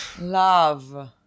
Love